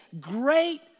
great